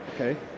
Okay